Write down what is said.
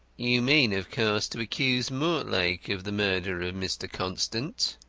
you mean, of course, to accuse mortlake of the murder of mr. constant?